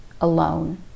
alone